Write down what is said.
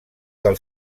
del